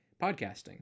podcasting